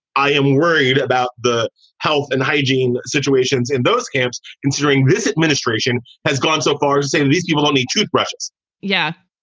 i am worried about the health and hygiene situations in those camps. considering this administration has gone so far as, say, these people need toothbrushes yeah.